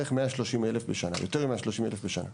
יותר מ-130,000 בשנה.